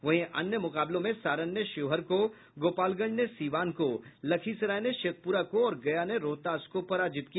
वहीं अन्य मुकाबलों में सारण ने शिवहर को गोपालगंज ने सीवान को लखीसराय ने शेखपुरा को और गया ने रोहतास को पराजित किया